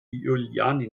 juliane